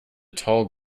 tall